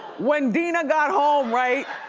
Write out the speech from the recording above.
when dina got home, right?